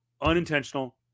unintentional